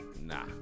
Nah